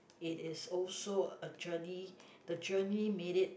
it is also a journey the journey made it